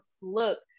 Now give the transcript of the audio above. look